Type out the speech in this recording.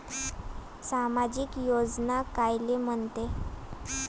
सामाजिक योजना कायले म्हंते?